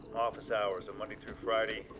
office hours are monday through friday,